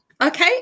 okay